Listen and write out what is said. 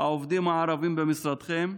העובדים הערבים במשרדכם?